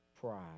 pride